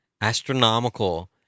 Astronomical